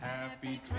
Happy